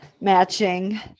matching